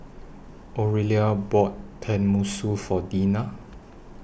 Orelia bought Tenmusu For Deana